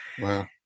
Wow